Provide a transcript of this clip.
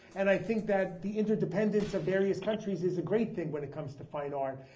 and i think that the interdependence of various countries is a great thing when it comes to fine art.